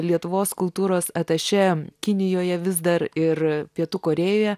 lietuvos kultūros atašė kinijoje vis dar ir pietų korėjoje